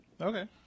Okay